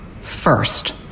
First